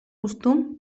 costum